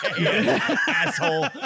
Asshole